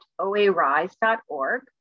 oarise.org